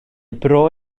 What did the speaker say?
bro